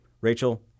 Rachel